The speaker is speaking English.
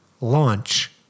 launch